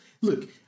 look